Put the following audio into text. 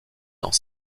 dans